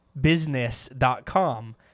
business.com